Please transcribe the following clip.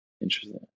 Interesting